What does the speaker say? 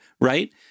right